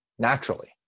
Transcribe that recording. naturally